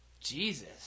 Jesus